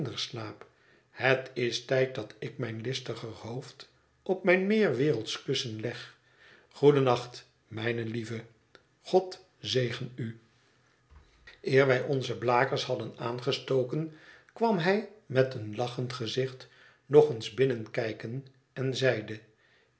het is tijd dat ik mijn listiger hoofd op mijn meer wereld sch kussen leg goeden nacht mijne lieven god zegen u eer wij onze blakers hadden aangestoken kwam hij met een lachend gezicht nog eens binnenkijken en zeide